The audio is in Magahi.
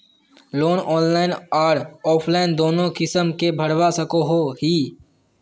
लोन ऑनलाइन आर ऑफलाइन दोनों किसम के भरवा सकोहो ही?